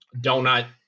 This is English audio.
donut